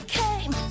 came